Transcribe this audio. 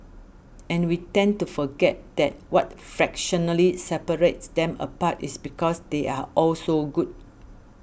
and we tend to forget that what fractionally separates them apart is because they are all so good